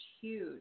huge